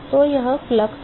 तो वह प्रवाह है